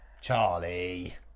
Charlie